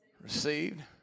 Received